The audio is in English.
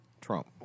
Trump